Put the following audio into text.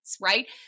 right